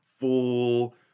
Full